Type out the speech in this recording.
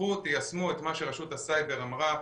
קחו ותיישמו את מה שרשות הסייבר אמרה,